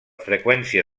freqüència